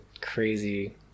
crazy